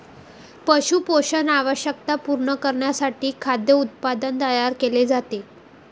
पशु पोषण आवश्यकता पूर्ण करण्यासाठी खाद्य उत्पादन तयार केले जाते